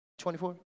24